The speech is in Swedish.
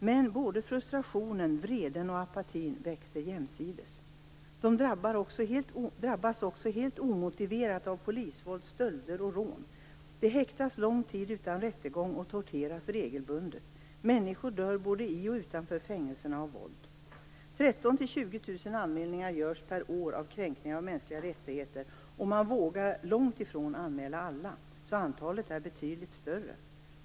Men både frustrationen, vreden och apatin växer jämsides. De drabbas också helt omotiverat av polisvåld, stölder och rån. De häktas lång tid utan rättegång och torteras regelbundet. Människor dör både i och utanför fängelserna av våld. 13 000-20 000 anmälningar görs per år av kränkningar av mänskliga rättigheter. Man vågar anmäla långt ifrån alla, så antalet är betydligt större.